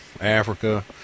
Africa